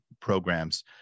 programs